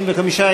65,